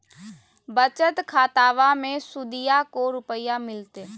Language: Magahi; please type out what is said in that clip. बचत खाताबा मे सुदीया को रूपया मिलते?